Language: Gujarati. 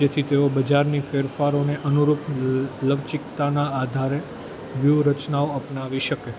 તેથી તેઓ બજારની ફેરફારોને અનુરૂપ લ લવચિકતાના આધારે વ્યૂહરચનાઓ અપનાવી શકે